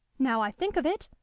now i think of it,